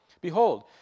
Behold